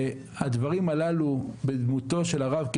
הדברים האלה הם דמותו של הרב כמחנך,